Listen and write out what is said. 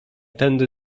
tędy